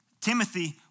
Timothy